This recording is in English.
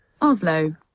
Oslo